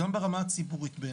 בעיניי גם ברמה הציבורית.